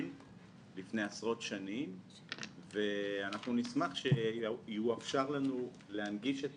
לפני עשרות שנים ואנחנו נשמח שיאופשר לנו להנגיש את